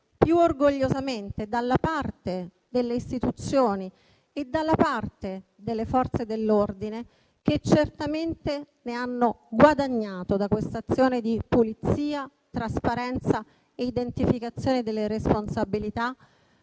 più orgogliosamente dalla parte delle istituzioni e dalla parte delle Forze dell'ordine, che certamente hanno guadagnato da questa azione di pulizia, trasparenza e identificazione delle responsabilità.